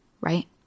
Right